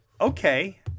okay